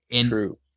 True